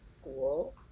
school